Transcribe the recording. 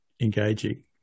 engaging